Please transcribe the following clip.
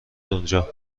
اونجا